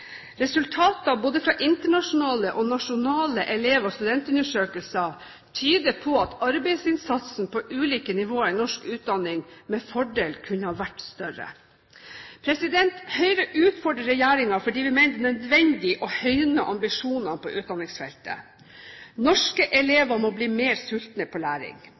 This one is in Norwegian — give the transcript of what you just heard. Resultater både fra internasjonale og nasjonale elev- og studentundersøkelser tyder på at arbeidsinnsatsen på ulike nivåer i norsk utdanning med fordel kunne ha vært større. Høyre utfordrer regjeringen fordi vi mener det er nødvendig å høyne ambisjonene på utdanningsfeltet: Norske elever må bli mer sultne på læring.